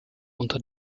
unter